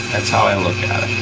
that's how i look